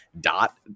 dot